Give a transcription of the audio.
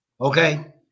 okay